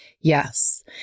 Yes